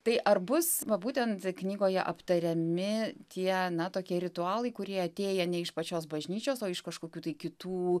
tai ar bus va būtent knygoje aptariami tie na tokie ritualai kurie atėję ne iš pačios bažnyčios o iš kažkokių kitų